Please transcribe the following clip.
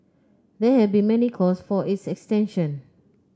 there have been many calls for its extension